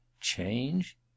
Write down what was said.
Change